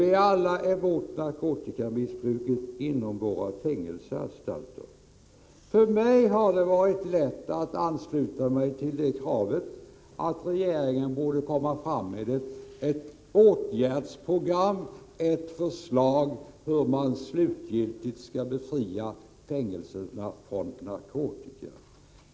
Vi är alla emot narkotikamissbruk inom våra fängelseanstalter. För mig har det varit lätt att ansluta mig till kravet att regeringen skall komma med ett åtgärdsprogram och förslag till hur man slutgiltigt skall kunna befria fängelserna från narkotika.